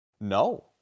No